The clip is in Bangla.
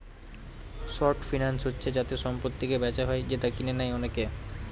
শর্ট ফিন্যান্স হচ্ছে যাতে সম্পত্তিকে বেচা হয় যেটা কিনে নেয় অনেকে